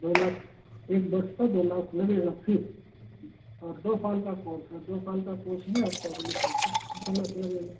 दो लाख एक वर्ष का दो लाख लगेगा फीस और दो साल का कोर्स है दो साल का कोर्स में आपको अगले साल फिर से दो लाख लगेगा